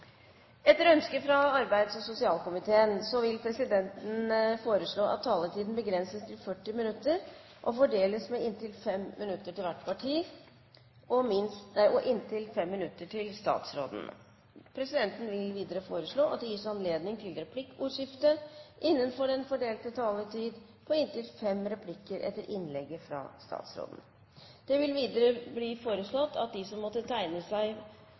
Etter ønske fra næringskomiteen vil presidenten foreslå at taletiden begrenses til 40 minutter og fordeles med inntil 5 minutter til hvert parti og inntil 5 minutter til statsråden. Videre vil presidenten foreslå at det innenfor den fordelte taletid gis anledning til replikkordskifte på inntil tre replikker med svar etter innlegget fra statsråden. Videre blir det foreslått at de som måtte tegne seg